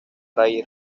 ray